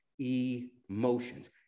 emotions